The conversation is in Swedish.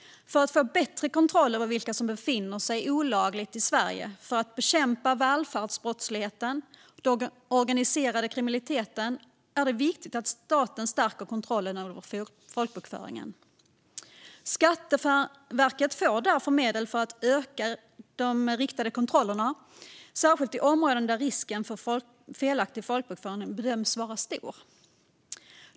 För att få bättre kontroll över vilka som befinner sig olagligt i Sverige och för att bekämpa välfärdsbrottsligheten och den organiserade kriminaliteten är det viktigt att staten stärker kontrollen över folkbokföringen. Skatteverket får därför medel för att öka de riktade kontrollerna, särskilt i områden där risken för felaktig folkbokföring bedöms vara stor.